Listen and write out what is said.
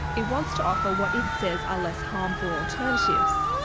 it wants to offer what it says are less harmful alternatives,